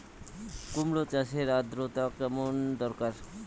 কুমড়ো চাষের আর্দ্রতা কেমন দরকার?